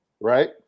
Right